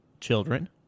children